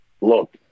look